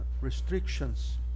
restrictions